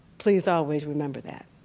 please always remember that.